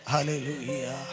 Hallelujah